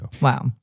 Wow